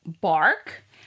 bark